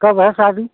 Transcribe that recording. कब है शादी